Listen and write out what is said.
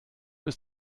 ist